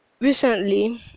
recently